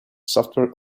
software